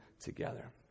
together